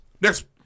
Next